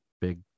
big